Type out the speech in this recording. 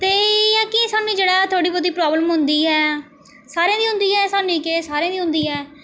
ते एह् ऐ जेह्का सानूं जेह्ड़ा थोह्ड़ी बौह्ती प्राब्लम होंदी ऐ सारें गी होंदी ऐ सानूं केह् सारें गी होंदी ऐ